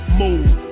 move